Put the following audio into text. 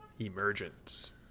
Emergence